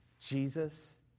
Jesus